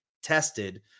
tested